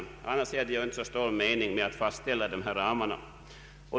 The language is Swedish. Annars är det ingen mening med dessa ramar.